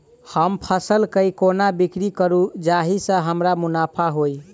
हम फसल केँ कोना बिक्री करू जाहि सँ हमरा मुनाफा होइ?